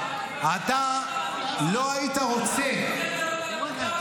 אתם לא רוצים --- בסדר, אז תשחק.